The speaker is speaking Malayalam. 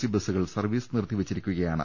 സി ബസ്സുകൾ സർവീസ് നിർത്തിവെച്ചിരിക്കുകയാണ്